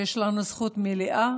שיש לנו זכות מלאה